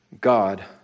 God